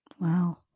Wow